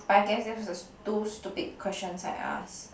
but I guess that'was the two stupid questions I ask